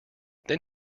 then